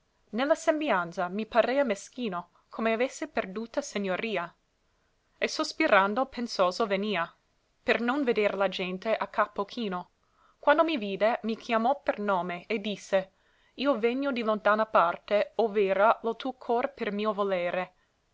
la sembianza mi parea meschino come avesse perduta segnoria e sospirando pensoso venia per non veder la gente a capo chino quando mi vide mi chiamò per nome e disse io vegno di lontana parte ov'era lo tuo cor per mio volere